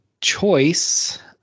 choice